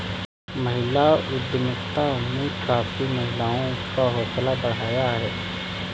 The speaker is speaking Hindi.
महिला उद्यमिता ने काफी महिलाओं का हौसला बढ़ाया है